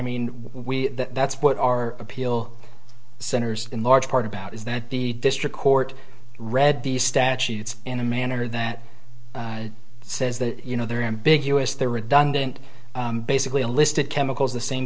mean we that's what our appeal centers in large part about is that the district court read these statutes in a manner that says that you know there ambiguous there are redundant basically a list of chemicals the same